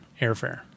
airfare